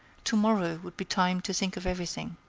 to-morrow would be time to think of everything.